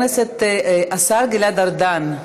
השר גלעד ארדן,